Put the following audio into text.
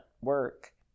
work